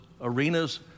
arenas